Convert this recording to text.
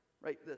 right